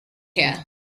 here